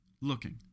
looking